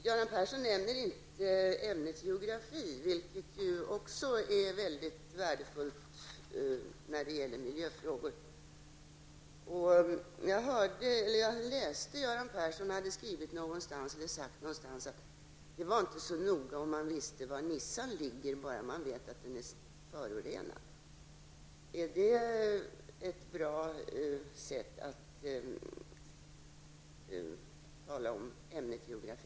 Göran Persson nämner inte ämnet geografi, vilket också är mycket värdefullt när det gäller miljöfrågor. Jag hörde att Göran Persson någonstans hade sagt eller skrivit att det inte var så noga om man visste var Nissan ligger, bara man vet att den är förorenad. Är det ett bra sätt att tala om ämnet geografi?